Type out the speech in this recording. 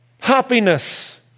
happiness